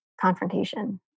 confrontation